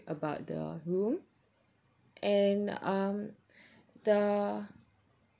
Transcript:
about the room and um the